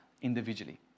individually